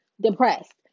depressed